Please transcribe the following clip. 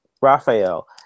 Raphael